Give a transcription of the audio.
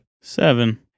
Seven